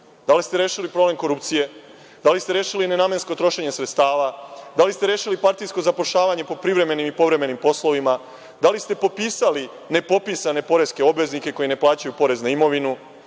Da li ste rešili problem korupcije? Da li ste rešili nenamensko trošenje sredstava? Da li ste rešili partijsko zapošljavanje po privremenim i povremenim poslovima? Da li ste popisali nepopisane poreske obveznike koji ne plaćaju porez na imovinu?